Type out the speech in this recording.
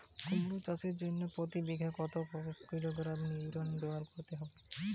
কুমড়ো চাষের জন্য প্রতি বিঘা কত কিলোগ্রাম ইউরিয়া ব্যবহার করতে হবে?